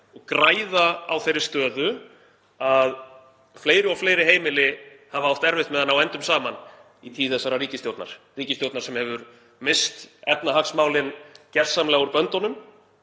og græða á þeirri stöðu að fleiri og fleiri heimili hafa átt erfitt með að ná endum saman í tíð þessarar ríkisstjórnar sem hefur misst efnahagsmálin gersamlega úr böndunum